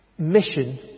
Mission